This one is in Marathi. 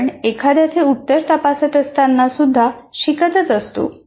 आपण एखाद्याचे उत्तर तपासत असताना सुद्धा शिकतच असतो